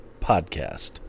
podcast